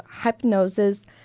Hypnosis